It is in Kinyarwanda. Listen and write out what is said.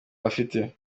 afite